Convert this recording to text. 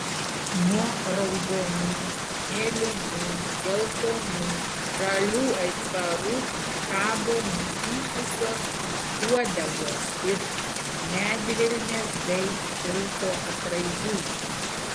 nuo raudonų mėlynų geltonų žalių aitvarų kabo nutįsusios uodegos iš medvilnės bei šilko atraižų